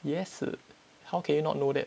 yes how can you not know that